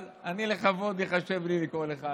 אבל לכבוד ייחשב לי לקרוא לך